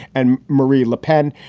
and marie le pen.